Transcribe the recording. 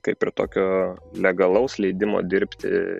kaip ir tokio legalaus leidimo dirbti